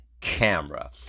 camera